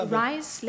rise